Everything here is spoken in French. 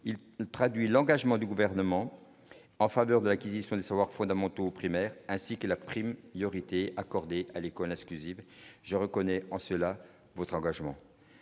il traduit l'engagement du gouvernement en faveur de l'acquisition des savoirs fondamentaux primaire ainsi que la prime, il aurait été accordé à l'école exclusive je reconnais en cela votre engagement